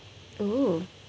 oo